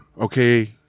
Okay